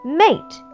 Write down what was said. mate